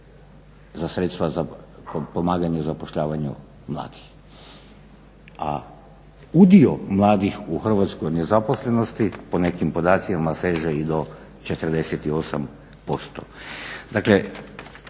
za sredstva za pomaganje zapošljavanju mladih. A udio mladih u hrvatskoj nezaposlenosti po nekim podacima seže i do 48%.